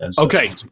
Okay